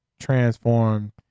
transform